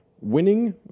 Winning